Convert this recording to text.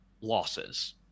losses